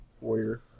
warrior